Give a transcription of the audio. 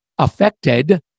affected